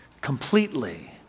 completely